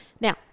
Now